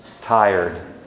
tired